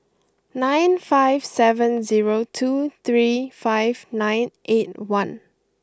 nine five seven zero two three five nine eight one